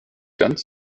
ganz